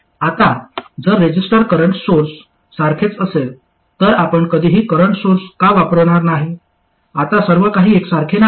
आता जर resistor current source सारखेच असेल तर आपण कधीही करंट सोर्स का वापरणार नाही आता सर्व काही एकसारखे नाही